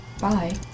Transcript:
Bye